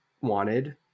wanted